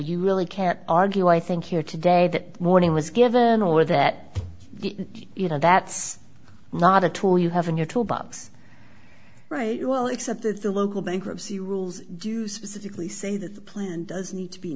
you really can't argue i think here today that morning was given or that you know that's not a tool you have in your toolbox right well except that the local bankruptcy rules do specifically say that the plan does need to be